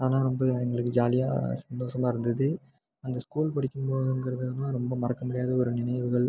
அதனால் ரொம்ப எங்களுக்கு ஜாலியாக சந்தோசமா இருந்தது அந்த ஸ்கூல் படிக்கும்போதுங்கிறதுனால் ரொம்ப மறக்க முடியாத ஒரு நினைவுகள்